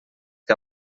que